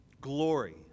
Glory